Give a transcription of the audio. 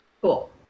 cool